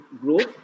growth